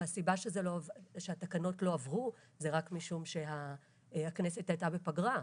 הסיבה שהתקנות לא עברו היא רק משום שהכנסת הייתה בפגרה,